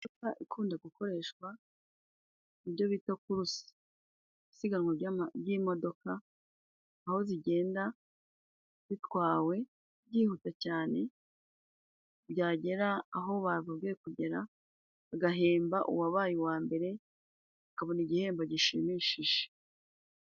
Imodoka ikunda gukoreshwa, mu byo bita kuruse, isiganwa ry'imodoka, aho zigenda bitwawe byihuta cyane, byagera aho bababwiye kugera, bagahemba uwabaye uwa mbere, akabona igihembo gishimishije.